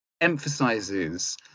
emphasizes